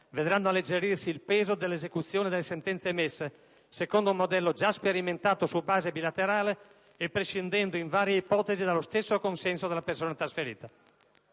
vedranno alleggerirsi il peso dell'esecuzione delle sentenze emesse, secondo un modello già sperimentato su base bilaterale e prescindendo in varie ipotesi dallo stesso consenso della persona trasferita.